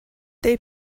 they